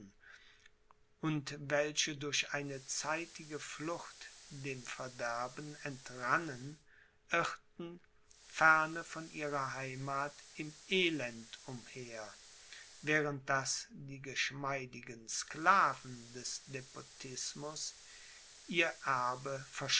und welche durch eine zeitige flucht dem verderben entrannen irrten ferne von ihrer heimath im elend umher während daß die geschmeidigen sklaven des despotismus ihr erbe